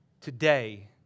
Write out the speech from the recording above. Today